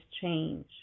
change